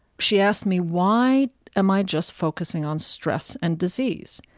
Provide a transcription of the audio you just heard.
she asked me why am i just focusing on stress and disease.